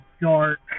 dark